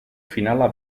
finala